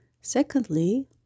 Secondly